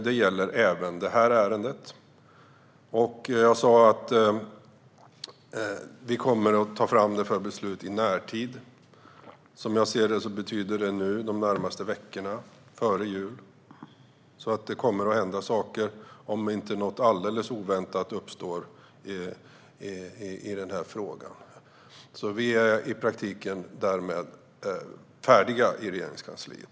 Det gäller även detta ärende. Jag sa att vi kommer att ta fram detta för beslut i närtid. Som jag ser det betyder det "de närmaste veckorna" - före jul. Om inte något alldeles oväntat uppstår i den här frågan kommer det alltså att hända saker. Vi är i praktiken färdiga för ett beslut i Regeringskansliet.